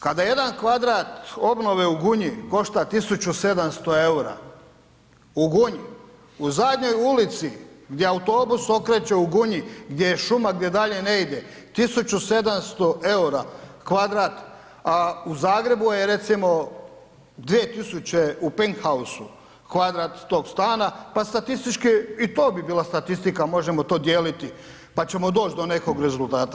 Kada jedan kvadrat obnove u Gunji košta 1.700,00 EUR-a, u Gunji, u zadnjoj ulici gdje autobus okreće u Gunji, gdje je šuma, gdje dalje ne ide, 1.700,00 EUR-a kvadrat, a u Zagrebu je recimo 2.000,00 u penthouse-u kvadrat tog stana pa statistički i to bi bila statistika, možemo to dijeliti pa ćemo doći do nekog rezultata.